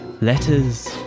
letters